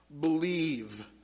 believe